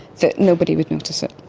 that nobody would notice it.